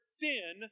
sin